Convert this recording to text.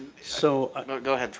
so, go ahead